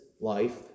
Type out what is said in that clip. life